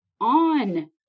on